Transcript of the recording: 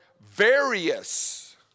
various